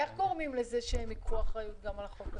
איך גורמים לזה שהם ייקחו אחריות גם על החוק הזה?